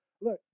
Look